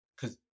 Cause